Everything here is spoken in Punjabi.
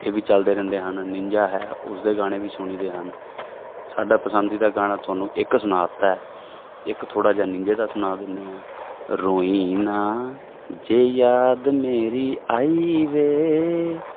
ਇਹ ਵੀ ਚਲਦੇ ਰਹਿੰਦੇ ਹਨ ਨਿੰਜਾ ਹੈ ਉਸਦੇ ਗਾਣੇ ਵੀ ਸੁਣੀ ਦੇ ਹਨ ਸਾਡਾ ਪਸੰਦੀਦਾ ਗਾਣਾ ਤੁਹਾਨੂੰ ਇੱਕ ਸੁਣਾ ਤਾ ਇੱਕ ਥੋੜ੍ਹਾ ਜਿਹਾ ਨਿੰਜੇ ਦਾ ਸੁਣਾ ਦਿੰਦੇ ਹਾਂ ਰੋਈ ਨਾ ਜੇ ਯਾਦ ਮੇਰੀ ਆਈ ਵੇ